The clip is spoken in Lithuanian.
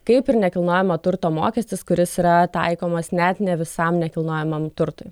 kaip ir nekilnojamo turto mokestis kuris yra taikomas net ne visam nekilnojamam turtui